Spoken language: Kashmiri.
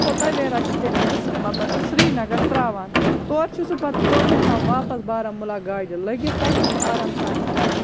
سۄ تَویرا چھِ تٔمِس مطلب کہِ سرینَگَر ترٛاوان تورٕ چھُ سُہ پَتہٕ تورٕ چھُ آسان واپَس بارہمولہ گاڑِ لٔگِتھ تَتہِ چھُ سُہ آرام سان ہٮ۪کان